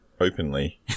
openly